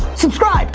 subscribe.